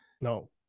No